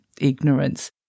Ignorance